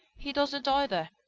he doesn't either.